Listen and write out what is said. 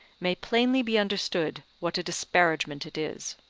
may plainly be understood what a disparagement it is.